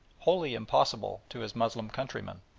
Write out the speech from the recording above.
wholly impossible to his moslem countrymen.